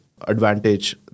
advantage